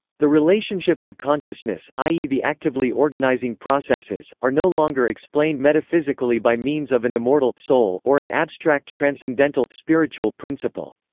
the relationships of consciousness, i e. the actively organising processes, are no longer explained metaphysically by means of an immortal soul or an abstract transcendental principle.